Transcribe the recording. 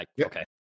Okay